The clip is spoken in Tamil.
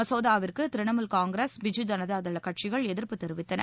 மசோதாவிற்கு திரிணமூல் காங்கிரஸ் பிஜு ஜனதாதளம் கட்சிகள் எதிர்ப்பு தெரிவித்தன